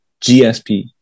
GSP